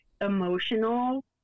emotional